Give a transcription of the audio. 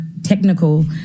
technical